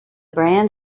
brand